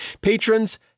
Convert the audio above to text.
Patrons